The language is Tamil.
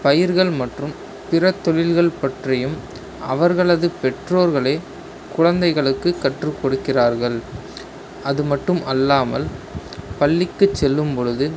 பயிர்கள் மற்றும் பிற தொழில்கள் பற்றியும் அவர்களது பெற்றோர்களே குழந்தைங்களுக்குக் கற்று கொடுக்கிறார்கள் அது மட்டும் அல்லாமல் பள்ளிக்குச் செல்லும்பொழுது